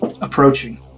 approaching